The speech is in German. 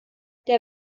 die